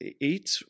eight